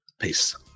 Peace